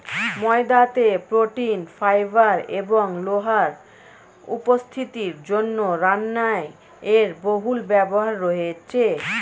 ময়দাতে protein, fibre এবং লোহার উপস্থিতির জন্য রান্নায় এর বহুল ব্যবহার রয়েছে